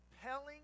compelling